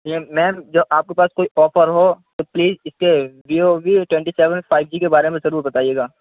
یہ میم جو آپ کے پاس کوئی آفر ہو تو پلیز ایک Vivo V twenty seven five G کے بارے میں ضرور بتائیے گا